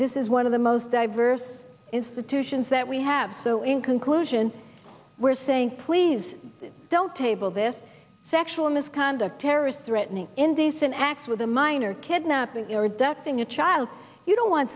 this is one of the most diverse is the titians that we have so in conclusion we're saying please don't table there sexual misconduct terrorist threatening indecent acts with a minor kidnapping your ducting a child you don't want